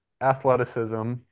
athleticism